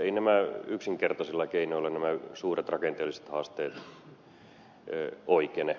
eivät yksinkertaisilla keinoilla nämä suuret rakenteelliset haasteet oikene